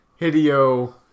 Hideo